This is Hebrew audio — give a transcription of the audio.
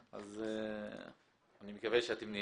אז אני מקווה שאתם נהנים.